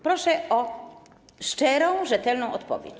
Proszę o szczerą, rzetelną odpowiedź.